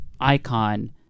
icon